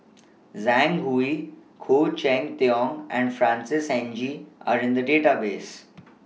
Zhang Hui Khoo Cheng Tiong and Francis N G Are in The Database